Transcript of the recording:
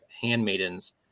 handmaidens